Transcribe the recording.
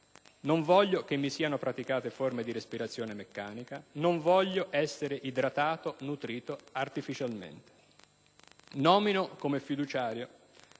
Non voglio che mi siano praticate forme di respirazione meccanica. Non voglio essere idratato o nutrito artificialmente. Nomino come fiduciario